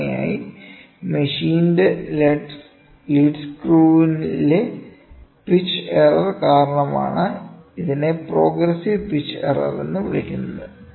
സാധാരണയായി മെഷീന്റെ ലെഡ് സ്ക്രൂവിലെ പിച്ച് എറർ കാരണമാണ് ഇതിനെ പ്രോഗ്രസ്സിവ് പിച്ച് എറർ എന്ന് വിളിക്കുന്നത്